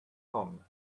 tongue